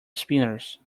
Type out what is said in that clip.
spinners